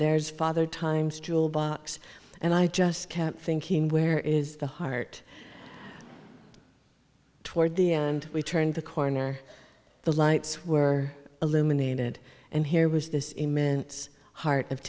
there's father times tool box and i just kept thinking where is the heart toward the end we turned the corner the lights were eliminated and here was this immense heart of